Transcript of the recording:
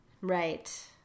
Right